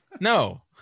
No